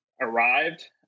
arrived